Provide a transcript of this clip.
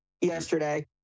yesterday